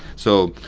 so,